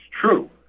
true